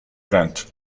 grant